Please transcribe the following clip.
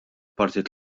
partit